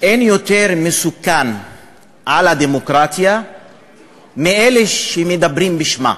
אין יותר מסוכן לדמוקרטיה מאלה שמדברים בשמה,